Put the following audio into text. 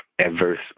adverse